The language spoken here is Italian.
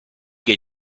che